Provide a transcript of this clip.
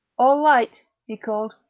all right! he called.